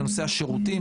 לנושא השירותים,